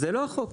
זה לא החוק.